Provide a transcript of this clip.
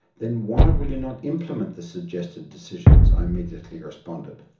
then, why will you not implement the suggested decisions? i immediately responded.